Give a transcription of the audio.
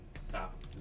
stop